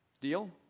Deal